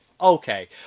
Okay